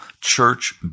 church